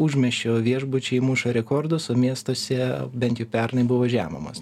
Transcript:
užmiesčio viešbučiai muša rekordus o miestuose bent jau pernai buvo žemumos